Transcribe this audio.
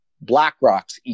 blackrock's